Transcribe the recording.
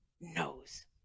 knows